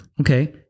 okay